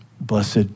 blessed